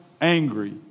angry